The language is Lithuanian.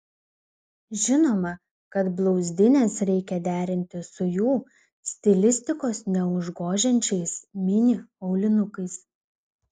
žinoma kad blauzdines reikia derinti su jų stilistikos neužgožiančiais mini aulinukais